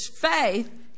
faith